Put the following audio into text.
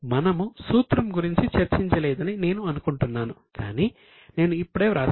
మనము సూత్రం గురించి చర్చించలేదని నేను అనుకుంటున్నాను కాని నేను ఇప్పుడే వ్రాస్తాను